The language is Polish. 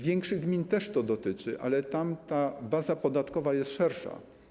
Większych gmin też to dotyczy, ale tam ta baza podatkowa jest szersza.